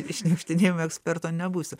iššniukštinėjo ekspertu nebūsiu